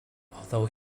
although